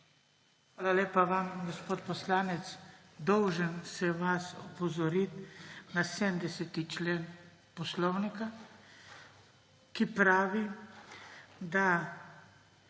Hvala lepa vam. Gospod poslanec, dolžen sem vas opozoriti na 70. člen Poslovnika, ki pravi, da